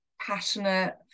passionate